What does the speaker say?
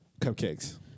Cupcakes